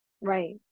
Right